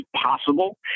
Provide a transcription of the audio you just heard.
possible